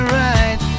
right